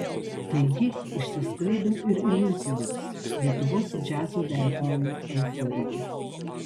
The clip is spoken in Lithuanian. taigi išsisklaido ir iliuzijos lietuvos džiazo vertinimų euforija